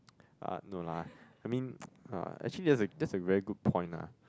ah no lah I mean ah actually that's a that's a very good point lah